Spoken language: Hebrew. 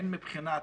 הן מבחינת